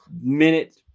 minute